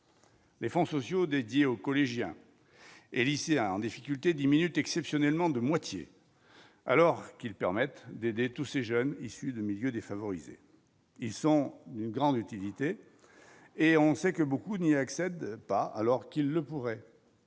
Les fonds sociaux dédiés aux collégiens et lycéens en difficulté 10 minutes exceptionnellement de moitié alors qu'ils permettent d'aider tous ces jeunes issus de milieux défavorisés, ils sont d'une grande utilité et on sait que beaucoup n'y accède pas alors qu'ils le pourraient.